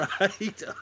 Right